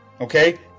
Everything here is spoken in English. Okay